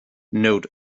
note